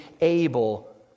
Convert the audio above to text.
able